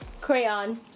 Crayon